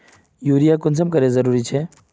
Urea कुंसम करे जरूरी छै?